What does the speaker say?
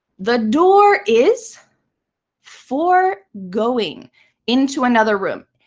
the door is for going into another room.